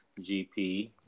GP